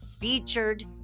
featured